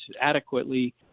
adequately